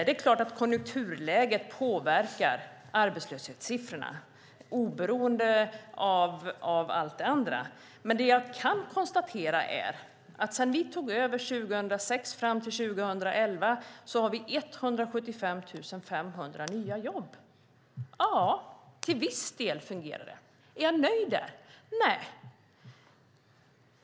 Det är klart att konjunkturläget påverkar arbetslöshetssiffrorna oberoende av allt det andra. Men jag kan konstatera att från det att vi tog över 2006 fram till 2011 har vi 175 500 nya jobb. Till viss del fungerar det alltså. Är jag då nöjd? Nej.